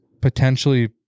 potentially-